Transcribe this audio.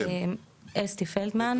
אני אסתי פלדמן,